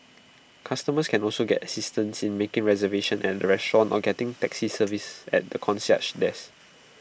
customers can also get assistance in making reservation at A restaurant or getting taxi service at the concierge desk